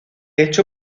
hecho